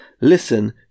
Listen